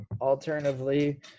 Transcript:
alternatively